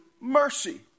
mercy